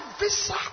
visa